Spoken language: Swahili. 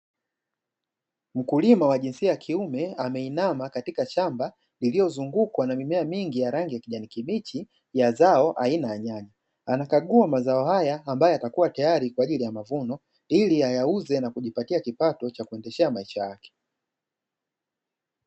Mkulima wa jinsia ya kiume ameinama katika shamba, liliyozungukwa na mimea mingi ya kijani kibichi ya zao aina ya nyanya, anakagua mazao haya ambayo yatakuwa tayari kwa ajili ya mavuno, ili ayauze na kujipatia kipato cha kuendeshea maisha yake.